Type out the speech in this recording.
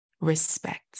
respect